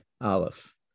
Aleph